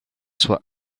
soient